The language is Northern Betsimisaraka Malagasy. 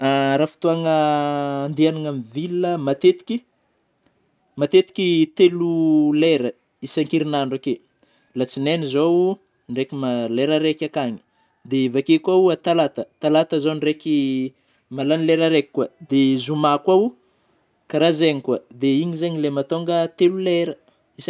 Raha fotôgna andehanagna amin'ny ville matetiky; matetiky telo lera isan-kerin'andro akeo: latsinainy zao ndraiky lera raiky akany, dia avy akeo koa atalata ,talata zao ndraiky malagny lera raiky koa, de zoma koa aho kara zegny koa dia igny zany ilay mahatonga telo lera